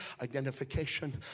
identification